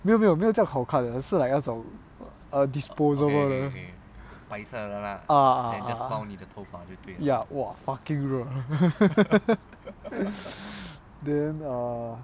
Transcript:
没有没有没有这样好看的是 like 那种 err disposable ah ah ya !wah! fucking 热 then err